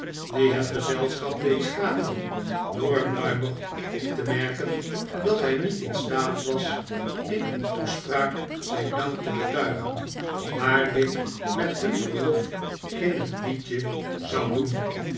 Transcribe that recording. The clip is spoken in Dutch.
die het gezelschap deed schateren door luimig op te merken dat hij niet in staat was in een toespraak zijn dank te betuigen maar dit met hun verlof in een liedje zou doen